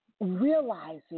realizing